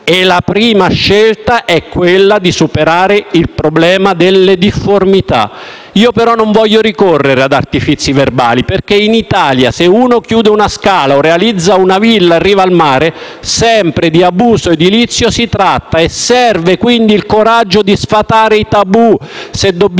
E la prima scelta è quella di superare il problema delle difformità. Io però non voglio ricorrere ad artifizi verbali, perché in Italia, se uno chiude una scala o realizza una villa in riva al mare, sempre di abuso edilizio si tratta; serve quindi il coraggio di sfatare i tabù: se dobbiamo